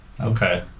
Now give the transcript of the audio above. Okay